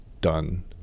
done